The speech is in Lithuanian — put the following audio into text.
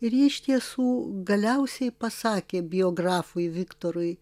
ir ji iš tiesų galiausiai pasakė biografui viktorui